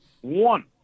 One